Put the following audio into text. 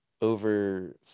over